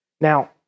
Now